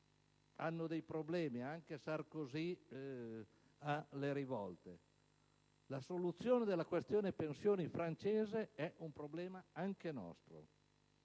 hanno dei problemi; anche Sarkozy ha le rivolte. La soluzione della questione pensioni francese è un problema anche nostro.